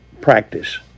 practice